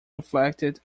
reflected